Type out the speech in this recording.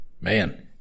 Man